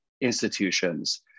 institutions